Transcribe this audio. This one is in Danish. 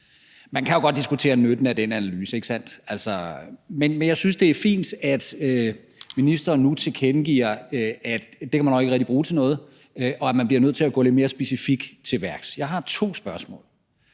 Man kan jo godt diskutere nytten af den analyse, ikke sandt? Men jeg synes, det er fint, at ministeren nu tilkendegiver, at det kan man nok ikke rigtig bruge til noget, og at man bliver nødt til at gå lidt mere specifikt til værks. Jeg har to spørgsmål.